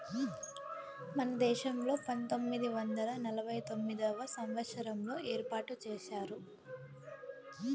మన దేశంలో పంతొమ్మిది వందల నలభై తొమ్మిదవ సంవచ్చారంలో ఏర్పాటు చేశారు